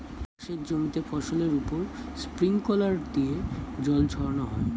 চাষের জমিতে ফসলের উপর স্প্রিংকলার দিয়ে জল ছড়ানো হয়